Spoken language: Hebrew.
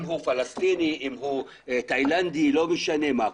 אם הוא פלסטיני, אם הוא תאילנדי לא משנה מה.